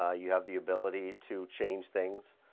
ah you have the ability to change things